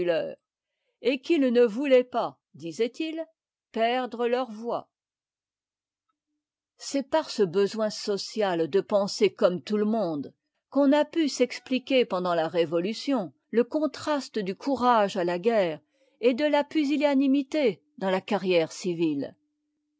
et qu'ils né voulaient pas disaient-ils perdre leur voix c'est par ce besoin social de penser comme tout le monde qu'on a pu s'expliquer pendant la révolution le contraste du courage à la guerre et de la pusillanimité dans la carrière civile